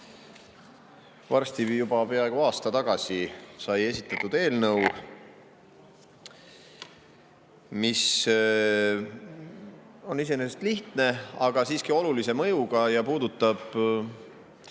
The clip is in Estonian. Varsti juba peaaegu aasta tagasi sai esitatud eelnõu, mis iseenesest on lihtne, aga siiski olulise mõjuga ja mis puudutab